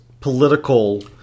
political